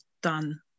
done